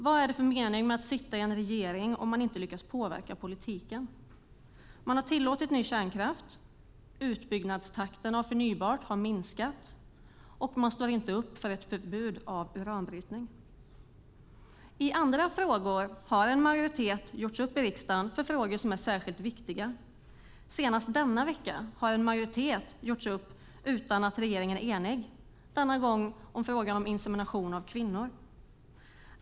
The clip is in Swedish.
Vad är det för mening med att sitta i en regering om man inte lyckas påverka politiken? Man har tillåtit ny kärnkraft, utbyggnadstakten av förnybart har minskat och man står inte upp för ett förbud mot uranbrytning. I andra frågor har en majoritet gjort upp i riksdagen om frågor som är viktiga. Senast denna vecka har en majoritet bildats utan att regeringen är enig - denna gång om frågan om insemination av kvinnor.